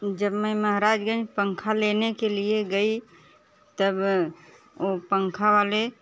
जब मैं महाराजगंज पंखा लेने के लिए गई तब वो पंखा वाले